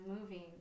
moving